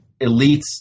elites